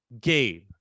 Gabe